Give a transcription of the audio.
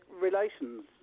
relations